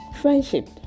friendship